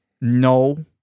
No